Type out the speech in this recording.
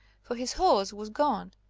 for his horse was gone.